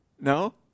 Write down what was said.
No